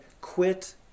quit